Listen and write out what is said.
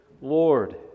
Lord